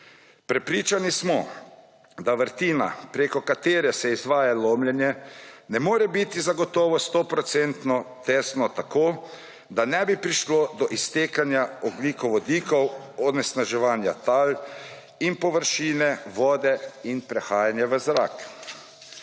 Prepričani smo, da vrtina preko katre se izvaja lomljenje ne more biti zagotovo sto procentno tesno tako, da ne bi prišlo do iztekanja ogljikovodikov, onesnaževanja tal in površine, vode in prehajanja v zrak.